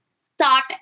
start